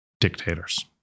dictators